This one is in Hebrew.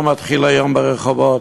לא מתחילה היום ברחובות,